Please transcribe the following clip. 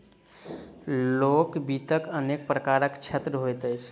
लोक वित्तक अनेक प्रकारक क्षेत्र होइत अछि